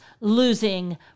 losing